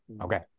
Okay